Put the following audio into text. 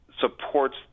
supports